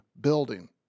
building